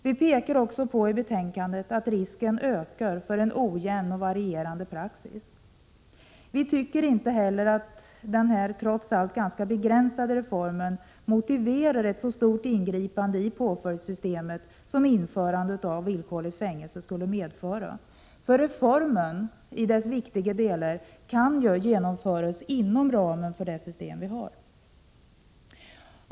Vi pekar också i utskottsbetänkandet på att risken ökar för en ojämn och varierande praxis. Vi tycker inte heller att denna trots allt ganska begränsade reform motiverar ett så stort ingripande i påföljdssystemet som införade av villkorligt fängelse skulle innebära. Reformen i dess viktiga delar kan ju genomföras inom ramen för det system som vi har.